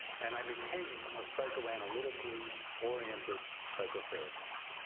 and i became a psychoanalytically oriented psychotherapist.